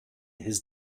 his